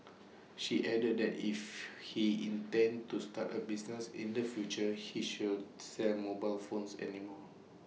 she added that if he intends to start A business in the future he should sell mobile phones any more